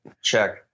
Check